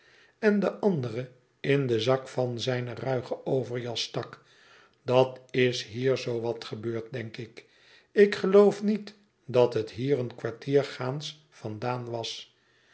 en de andere in den zak van zijne ruige overjas stak dat is hier zoo wat gebeurd denk ik ik geloof niet dat het hier een kwartier gaans vandaan was